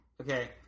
Okay